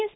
S